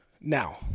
now